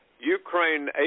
Ukraine